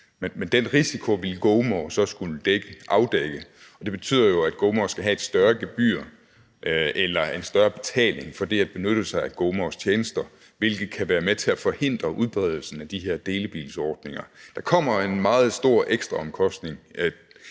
Men den risiko ville GoMore så skulle afdække, og det betyder jo, at GoMore skal have et større gebyr eller en større betaling for det at benytte sig af GoMores tjenester, hvilket kan være med til at forhindre udbredelsen af de her delebilsordninger. Der kommer en meget stor ekstraomkostning